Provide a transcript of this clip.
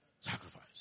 Sacrifice